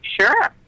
Sure